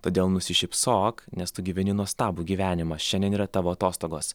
todėl nusišypsok nes tu gyveni nuostabų gyvenimą šiandien yra tavo atostogos